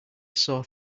sore